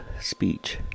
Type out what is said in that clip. speech